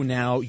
now